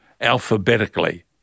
alphabetically